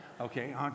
okay